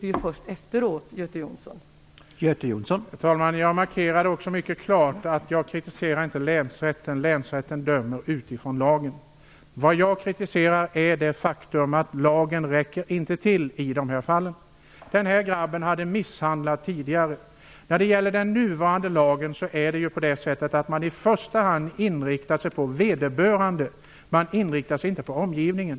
Vi vet först efteråt, med facit i hand, hur det gick.